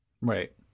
Right